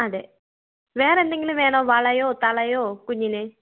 അതെ വേറെയെന്തെങ്കിലും വേണോ വളയോ തളയോ കുഞ്ഞിന്